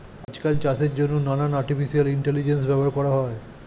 আজকাল চাষের জন্যে নানান আর্টিফিশিয়াল ইন্টেলিজেন্স ব্যবহার করা হয়